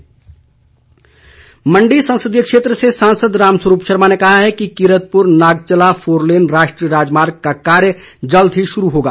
रामस्वरूप मंडी संसदीय क्षेत्र से सांसद रामस्वरूप शर्मा ने कहा है कि कीरतपुर नागचला फोरलेन राष्ट्रीय राजमार्ग का कार्य जल्द ही शुरू होगा